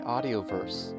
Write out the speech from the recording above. Audioverse